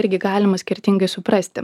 irgi galima skirtingai suprasti